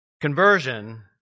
conversion